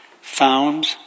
found